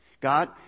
God